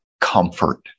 comfort